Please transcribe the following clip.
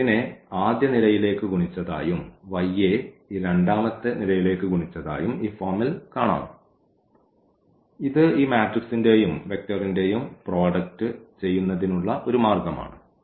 ഈ x നെ ഈ ആദ്യ നിരയിലേക്ക് ഗുണിച്ചതായും y നെ ഈ രണ്ടാമത്തെ നിരയിലേക്ക് ഗുണിച്ചതായും ഈ ഫോമിൽ കാണാം ഇത് ഈ മാട്രിക്സിന്റെയും വെക്റ്ററിന്റെയും പ്രോഡക്റ്റ് ചെയ്യുന്നതിനുള്ള ഒരു മാർഗമാണ്